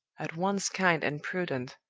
at once kind and prudent,